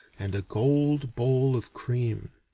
and a gold bowl of cream.